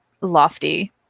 lofty